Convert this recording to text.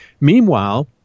Meanwhile